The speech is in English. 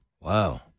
Wow